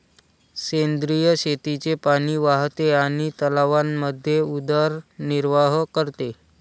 सेंद्रिय शेतीचे पाणी वाहते आणि तलावांमध्ये उदरनिर्वाह करते